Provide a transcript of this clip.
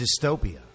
dystopia